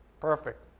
Perfect